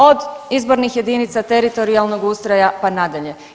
Od izbornih jedinica, teritorijalnog ustroja pa nadalje.